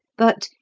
but,